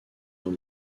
dans